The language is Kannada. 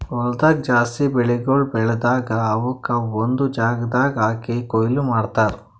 ಹೊಲ್ದಾಗ್ ಜಾಸ್ತಿ ಬೆಳಿಗೊಳ್ ಬೆಳದಾಗ್ ಅವುಕ್ ಒಂದು ಜಾಗದಾಗ್ ಹಾಕಿ ಕೊಯ್ಲಿ ಮಾಡ್ತಾರ್